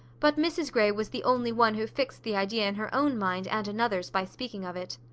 but mrs grey was the only one who fixed the idea in her own mind and another's by speaking of it.